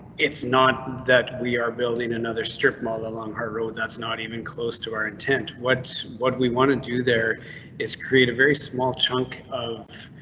it's not that we are building another strip mall along our rd that's not even close to our intent. what what we want to do there is create a very small chunk of.